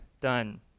done